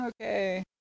okay